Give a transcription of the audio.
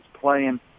playing